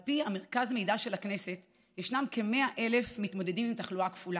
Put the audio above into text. על פי מרכז המידע של הכנסת ישנם כ-100,000 מתמודדים עם תחלואה כפולה,